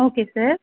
okay sir